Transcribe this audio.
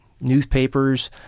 newspapers